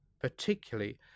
particularly